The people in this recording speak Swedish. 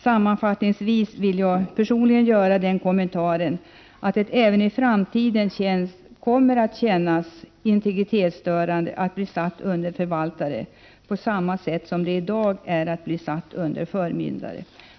Sammanfattningsvis vill jag personligen göra den reflexionen att det även i framtiden kommer att kännas integritetsstörande att bli satt under förvaltare, på samma sätt som det i dag är att bli satt under förmyndare.